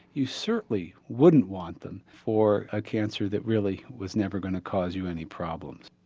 you certainly wouldn't want them for a cancer that really was never going to cause you any problems.